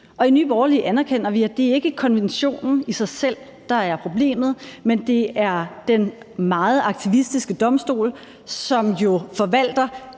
I Nye Borgerlige anerkender vi, at det ikke er konventionen i sig selv, der er problemet, men at det er den meget aktivistiske domstol, som jo forvalter